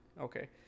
Okay